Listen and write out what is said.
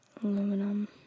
Aluminum